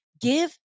give